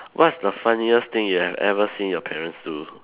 what's the funniest thing you have ever seen your parents do